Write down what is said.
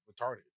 retarded